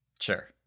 Sure